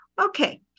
Okay